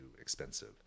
expensive